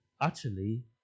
utterly